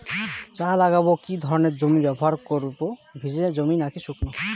চা লাগাবো কি ধরনের জমি ব্যবহার করব ভিজে জমি নাকি শুকনো?